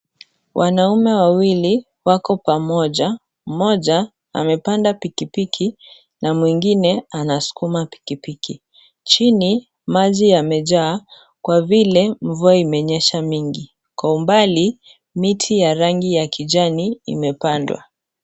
Wanaume wawili, wako pamoja, mmoja amepanda pikipiki, na mwingine anaskuma pikipiki, chini, maji yamejaa, kwa vile, mvua imenyesha mingi, kwa ubali, miti ya rangi ya kijani imepandwa.